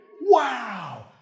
Wow